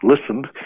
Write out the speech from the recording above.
listened